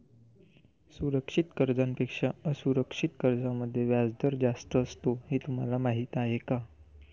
सुरक्षित कर्जांपेक्षा असुरक्षित कर्जांमध्ये व्याजदर जास्त असतो हे तुम्हाला माहीत आहे का?